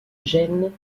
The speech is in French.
gênes